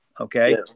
Okay